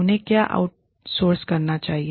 उन्हें क्या outsource करना चाहिए